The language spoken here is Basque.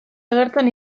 agertzen